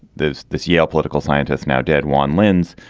this this yale political scientist now dead one lind's,